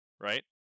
right